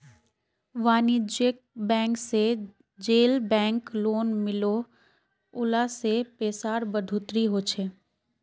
वानिज्ज्यिक बैंक से जेल बैंक लोन मिलोह उला से पैसार बढ़ोतरी होछे